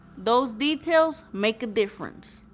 those details make a difference.